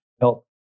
help